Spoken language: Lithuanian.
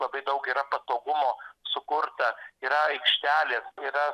labai daug yra patogumo sukurta yra aikštelė yra